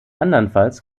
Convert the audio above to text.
andernfalls